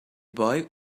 boy